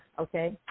okay